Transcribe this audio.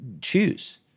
choose